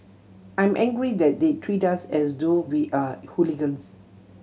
I'm angry that they treat us as though we are hooligans